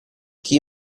chi